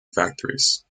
factories